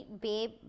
babe